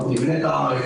נבנה את הארץ,